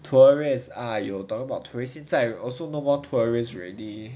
tourists !aiyo! don't talk about tourists 现在 also no more tourists already